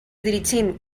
dirigim